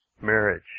marriage